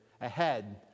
ahead